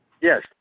Yes